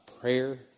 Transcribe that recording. prayer